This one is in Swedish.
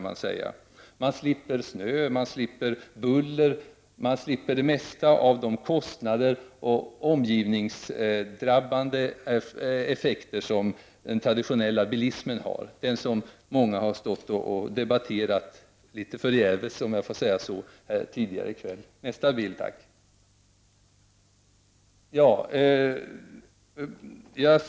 Dessutom slipper man snö, buller och de flesta av de kostnader och de effekter på omgivningen som den traditionella bilismen för med sig — som många, om jag får uttrycka mig så, kanske förgäves har debatterat här tidigare i kväll.